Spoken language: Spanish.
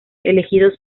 elegidos